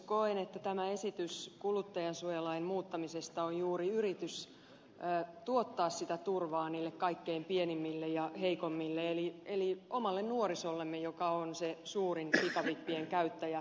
koen että tämä esitys kuluttajansuojalain muuttamisesta on juuri yritys tuottaa sitä turvaa niille kaikkein pienimmille ja heikoimmille eli omalle nuorisollemme joka on se suurin pikavippien käyttäjä